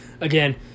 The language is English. Again